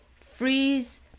freeze